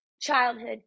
childhood